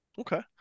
okay